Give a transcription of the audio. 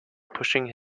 pushing